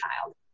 child